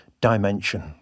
dimension